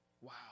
Wow